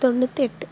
தொண்ணூற்றிட்டு